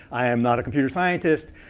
i am not a computer scientist.